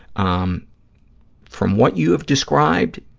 um from what you have described,